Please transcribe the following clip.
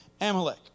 Amalek